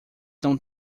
não